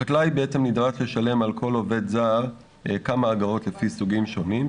החקלאי נדרש לשלם על כל עובד זר כמה אגרות לפי סוגים שונים,